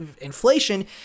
Inflation